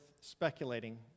speculating